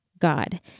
God